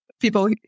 people